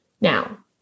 Now